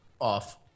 off